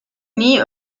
nie